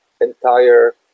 entire